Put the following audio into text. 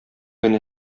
генә